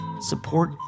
support